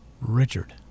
Richard